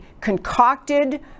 concocted